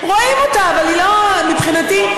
רואים אותה, אבל היא לא, מבחינתי,